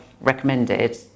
recommended